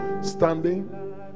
standing